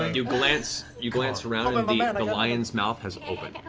ah you glance you glance around and the like and lion's mouth has opened.